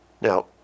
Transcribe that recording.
Now